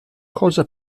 cosa